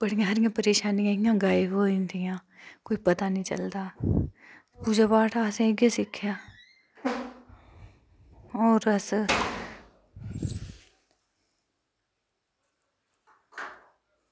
बड़ियां हारियां परेशानियां इ'यां गायब होइंदियां कोई पता निं चलदा पूजा पाठ असैं इयै सिक्खेआ और अस